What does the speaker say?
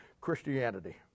Christianity